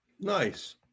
Nice